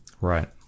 right